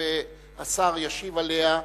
והשר ישיב עליה,